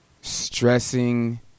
stressing